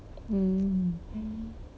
um